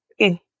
okay